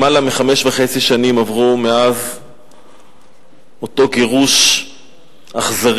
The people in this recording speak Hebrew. למעלה מחמש שנים וחצי עברו מאז אותו גירוש אכזרי,